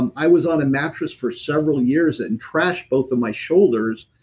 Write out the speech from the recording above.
and i was on a mattress for several years and thrashed both of my shoulders,